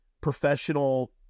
professional